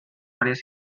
varias